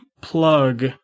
plug